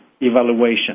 evaluation